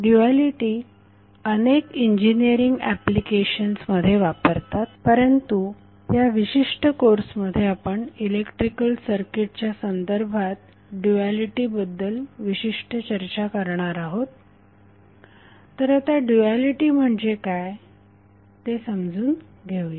duality अनेक engineering applications मध्ये वापरतात परंतु या विशिष्ट कोर्स मध्ये आपण इलेक्ट्रिकल सर्किटच्या संदर्भात ड्युएलिटीबद्दल विशिष्ट चर्चा करणार आहोत तर आता ड्युएलिटी म्हणजे काय आहे ते समजून घेऊया